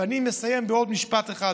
אני מסיים בעוד משפט אחד.